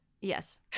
Yes